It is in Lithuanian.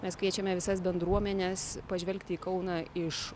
mes kviečiame visas bendruomenes pažvelgti į kauną iš